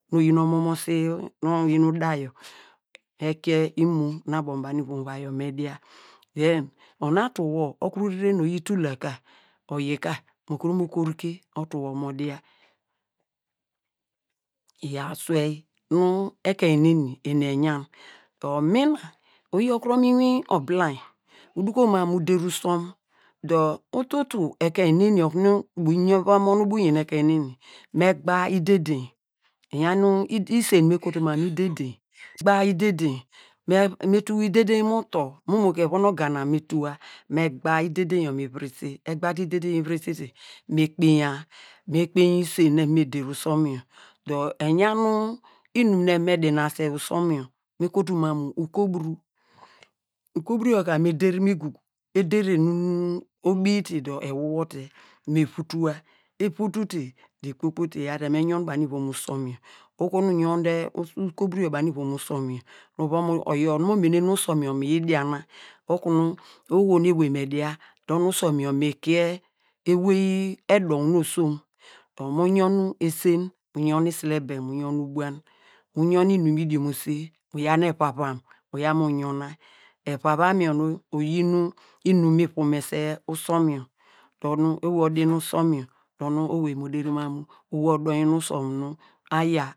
Na oyin omomosi, nu oyiri da yo, me kie imo nu abo mu banu ivom uvai yor me dia, den ona tu okuru rere oyi tul na ka, oyi ka mu kor ke otu wor mo dia iyor aswei nu ekein neni eni eyan dor mina, uyokuro mu inwin obilainy, uduko mam mu, mu der usom dor ututu ekein neni okunu mi va mon ubo uyen ekein neni me gba idedein, eyan isen nu me kotu mam mu idedein, me tuw idedein mu utor momo ka evon ogana me tuwa, me gba idedein yor me virese, egba te idedein yor evire sete me kpeinya, me kpeiny isen nu eva me der usom yor dor eyan nu inum nu eva me dianese usom yor me kotu mam mu ukoburu, ukoburuyor ka me der mu igugu eder nunu obite dor ewor wor te me vutua, evutu te dor ekpokpo eva te me yon banu ivom usom yor, oho nu uyon de ukoburuyo banu ivom usom yor, oyor nu mo mene nu usom yor miyi diana okunu oho nu ewey me dia dor nu usom yor mi kie ewey edonw nu osom dor mu yon esen mu yon, isilebem, mu yon ubuan, mu yon inum nu mi diomose, uyaw nu evavam uyaw mu yona, evavam yor nu oyin inum nu mi vumese usom yor dor nu owei odi usom yor, dor nu owei mo der mam mu owei odom nu usom nu aya.